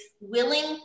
willing